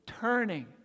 turning